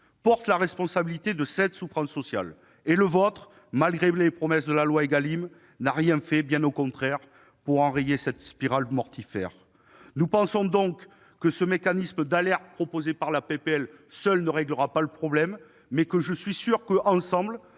portent la responsabilité de cette souffrance sociale, et le vôtre, malgré les promesses de la loi Égalim, n'a rien fait, bien au contraire, pour enrayer cette spirale mortifère. Nous pensons donc que le mécanisme d'alerte proposé par la proposition de loi ne règlera pas seul le problème, mais je suis certain que